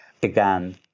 began